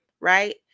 right